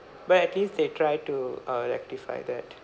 but at least they tried to uh rectify that